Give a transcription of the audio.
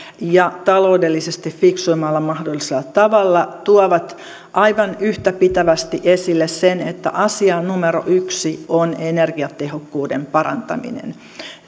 ja taloudellisesti fiksuimmalla mahdollisella tavalla tuovat aivan yhtäpitävästi esille sen että asia numero yksi on energiatehokkuuden parantaminen